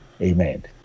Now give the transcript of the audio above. Amen